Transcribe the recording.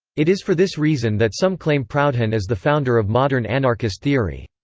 it is for this reason that some claim proudhon as the founder of modern anarchist theory.